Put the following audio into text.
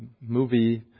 movie